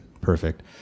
Perfect